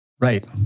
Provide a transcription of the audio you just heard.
Right